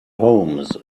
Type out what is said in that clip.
homes